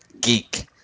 geek